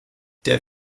der